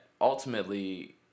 ultimately